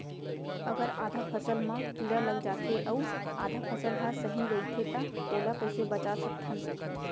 अगर आधा फसल म कीड़ा लग जाथे अऊ आधा फसल ह सही रइथे त ओला कइसे बचा सकथन?